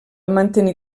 mantenir